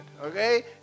okay